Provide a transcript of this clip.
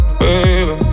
baby